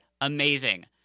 amazing